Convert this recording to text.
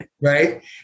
right